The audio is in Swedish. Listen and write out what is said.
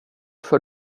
för